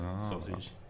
Sausage